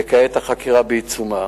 וכעת החקירה בעיצומה.